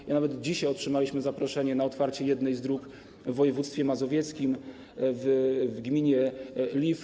I nawet dzisiaj otrzymaliśmy zaproszenie na otwarcie jednej z dróg w województwie mazowieckim w gminie Liw.